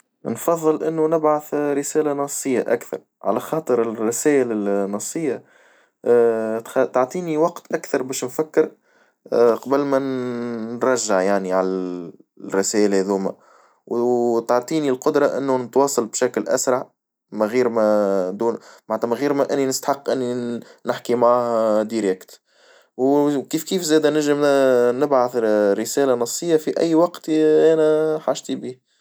انفظل إنه نبعث رسالة نصية أكثر، على خاطر الرسائل النصية تخ- تعطيني وقت أكثر باش نفكر، قبل ما نرجع يعني الرسائل هاذوما وتعطيني القدرة إنو نتواصل بشكل أسرع من غير ما دون معنتها من غير يعني نستحق إني نحكي معاه دايركت، وكيف كيف زاد نجم نبعث رسالة نصية في أي وقت أنا حاجتي بيه.